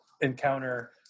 encounter